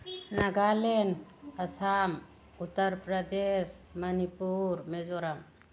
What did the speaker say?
Nagaland Assam Uttar Pradesh Manipur Mizoram